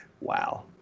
Wow